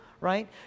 right